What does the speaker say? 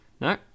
no